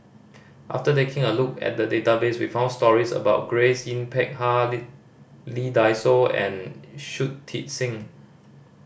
after taking a look at the database we found stories about Grace Yin Peck Ha Lee Dai Soh and Shui Tit Sing